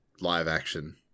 live-action